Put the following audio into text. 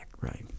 right